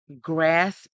grasp